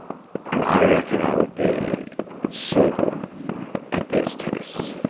and i reckon i would be so good at these tests.